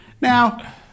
Now